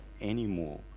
anymore